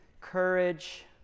courage